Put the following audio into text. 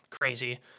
crazy